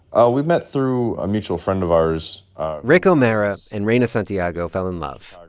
ah we met through a mutual friend of ours rick o'meara and reina santiago fell in love.